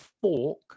fork